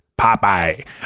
Popeye